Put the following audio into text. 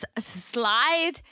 Slide